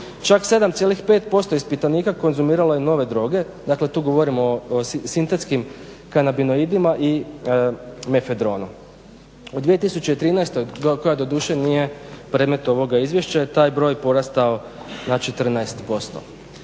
Čak 7,5% ispitanika konzumiralo je nove droge, dakle tu govorim o sintetskim kanabinoidima i mefedronu. U 2013. koja doduše nije predmet ovog izvješća je taj broj porastao na 14%.